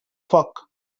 foc